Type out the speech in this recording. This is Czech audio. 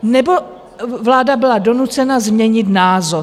Nebo vláda byla donucena změnit názor?